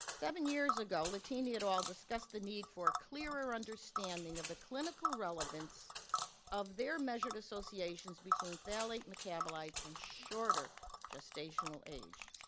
seven years ago, latini et al. discussed the need for clearer understanding of the clinical relevance of their measured associations between phthalate metabolites and shorter gestational age.